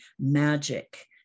magic